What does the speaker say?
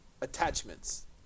attachments